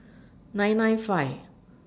nine nine five